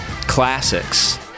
classics